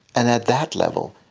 and at that level,